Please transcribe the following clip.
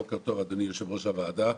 בוקר טוב, אדוני יושב-ראש הוועדה.